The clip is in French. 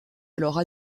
alors